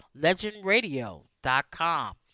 LegendRadio.com